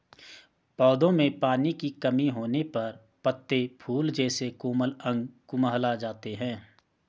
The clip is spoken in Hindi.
पौधों में पानी की कमी होने पर पत्ते, फूल जैसे कोमल अंग कुम्हला जाते हैं